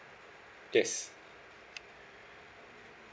yes